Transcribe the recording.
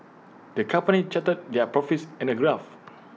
the company charted their profits in A graph